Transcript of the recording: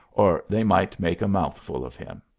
or they might make a mouthful of him.